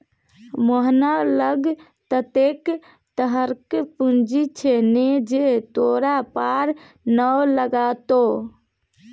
मोहना लग ततेक तरहक पूंजी छै ने जे तोरा पार नै लागतौ